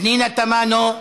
פנינה תמנו,